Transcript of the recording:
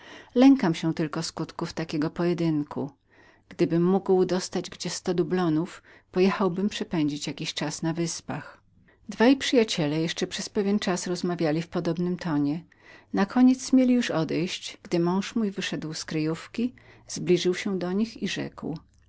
lękam się tylko skutków mego pojedynku gdybym mógł dostać gdzie sto dublonów pojechałbym przepędzić jakiś czas na wyspach dwaj przyjaciele długo jeszcze rozmawiali o tym samym przedmiocie nareszcie mieli już odejść gdy mój mąż wyszedł z kryjówki zbliżył się do nich i rzekł